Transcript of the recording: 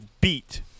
beat